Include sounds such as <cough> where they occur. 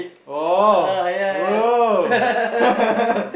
oh bro <laughs>